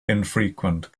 infrequent